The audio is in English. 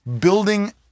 Building